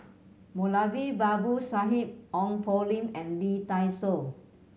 Moulavi Babu Sahib Ong Poh Lim and Lee Dai Soh